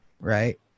right